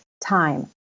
time